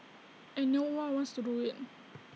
and no one wants to do IT